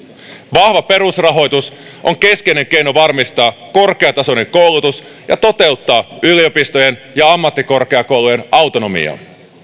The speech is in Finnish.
vahva perusrahoitus on keskeinen keino varmistaa korkeatasoinen koulutus ja toteuttaa yliopistojen ja ammattikorkeakoulujen autonomiaa